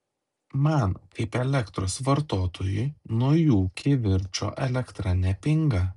man kaip elektros vartotojui nuo jų kivirčo elektra nepinga